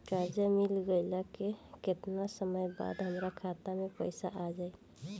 कर्जा मिल गईला के केतना समय बाद हमरा खाता मे पैसा आ जायी?